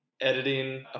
editing